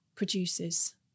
produces